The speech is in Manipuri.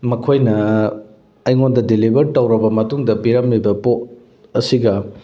ꯃꯈꯣꯏꯅ ꯑꯩꯉꯣꯟꯗ ꯗꯤꯂꯤꯕꯔ ꯇꯧꯔꯕ ꯃꯇꯨꯡꯗ ꯄꯤꯔꯝꯂꯤꯕ ꯄꯣꯠ ꯑꯁꯤꯒ